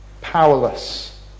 powerless